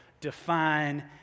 define